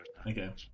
Okay